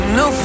no